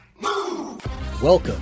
welcome